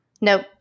Nope